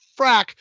frack